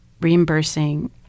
reimbursing